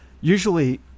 Usually